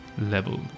level